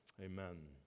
Amen